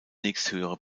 nächsthöhere